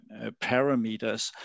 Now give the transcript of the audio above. parameters